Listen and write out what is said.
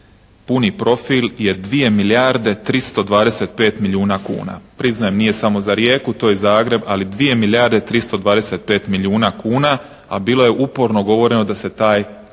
puni profil je 2 milijarde 325 milijuna kuna. Priznajem, nije samo za Rijeku, to je Zagreb ali 2 milijarde 325 milijuna kuna a bilo je uporno govoreno da se taj